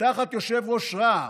תחת יושב-ראש רע"מ,